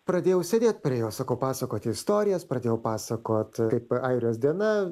pradėjau sėdėt prie jo sakau pasakot istorijas pradėjau pasakot kaip airijos diena